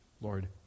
Lord